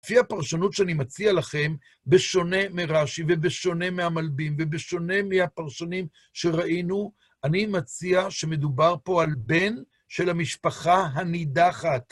לפי הפרשנות שאני מציע לכם, בשונה מרש"י, ובשונה מהמלבים ובשונה מהפרשונים שראינו, אני מציע שמדובר פה על בן של המשפחה הנידחת.